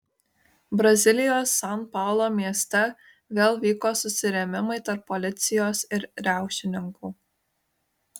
brazilijos san paulo mieste vėl vyko susirėmimai tarp policijos ir riaušininkų